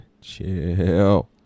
chill